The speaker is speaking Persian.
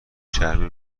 چرمی